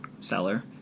seller